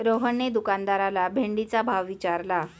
रोहनने दुकानदाराला भेंडीचा भाव विचारला